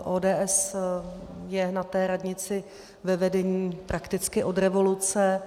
ODS je na té radnici ve vedení prakticky od revoluce.